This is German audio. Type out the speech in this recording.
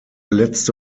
letzte